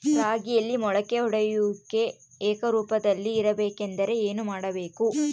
ರಾಗಿಯಲ್ಲಿ ಮೊಳಕೆ ಒಡೆಯುವಿಕೆ ಏಕರೂಪದಲ್ಲಿ ಇರಬೇಕೆಂದರೆ ಏನು ಮಾಡಬೇಕು?